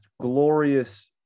glorious